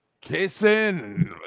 kissing